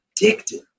addicted